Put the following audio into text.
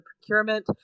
procurement